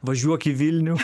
važiuok į vilnių